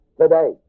today